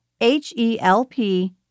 H-E-L-P